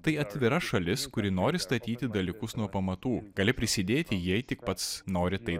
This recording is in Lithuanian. tai atvira šalis kuri nori statyti dalykus nuo pamatų gali prisidėti jei tik pats nori tai